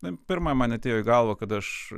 na pirma man atėjo į galvą kada aš